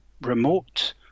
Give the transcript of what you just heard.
remote